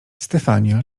stefania